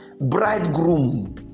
bridegroom